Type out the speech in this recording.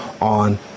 on